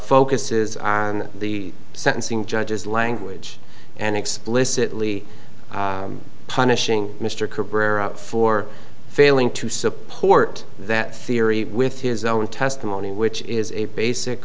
focuses on the sentencing judge's language and explicitly punishing mr cobra for failing to support that theory with his own testimony which is a basic